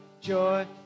joy